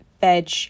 veg